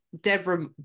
Deborah